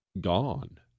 gone